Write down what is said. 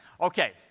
Okay